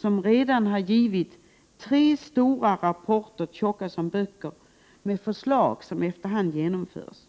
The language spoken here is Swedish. Det har redan givit tre stora rapporter, tjocka som böcker, med förslag som efter hand genomförs.